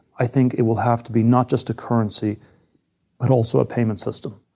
i think it will have to be not just a currency but also a payment system.